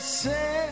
say